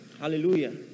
Hallelujah